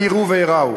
את הרווחה ואת החינוך.